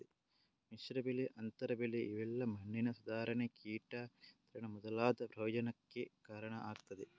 ಮಿಶ್ರ ಬೆಳೆ, ಅಂತರ ಬೆಳೆ ಇವೆಲ್ಲಾ ಮಣ್ಣಿನ ಸುಧಾರಣೆ, ಕೀಟ ನಿಯಂತ್ರಣ ಮೊದಲಾದ ಪ್ರಯೋಜನಕ್ಕೆ ಕಾರಣ ಆಗ್ತದೆ